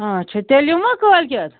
اَچھا تیٚلہِ یِمو کٲلکٮ۪تھ